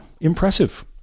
impressive